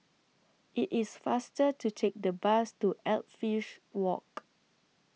IT IS faster to Take The Bus to Edgefield Walk